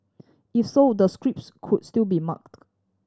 if so the scripts could still be marked